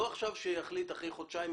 לא עכשיו שיחליט אחרי חודשיים,